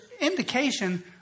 indication